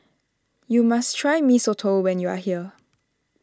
you must try Mee Soto when you are here